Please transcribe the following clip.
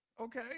Okay